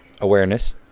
Awareness